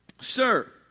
Sir